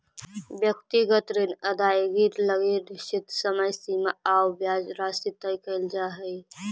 व्यक्तिगत ऋण अदाएगी लगी निश्चित समय सीमा आउ ब्याज राशि तय कैल जा हइ